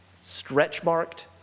Stretch-marked